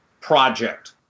project